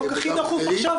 זה החוק הכי דחוף עכשיו?